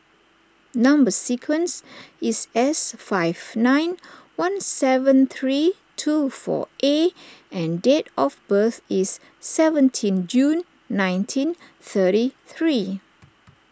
Number Sequence is S five nine one seven three two four A and date of birth is seventeen June nineteen thirty three